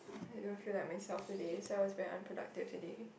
I don't feel like myself today so I was very unproductive today